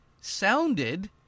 sounded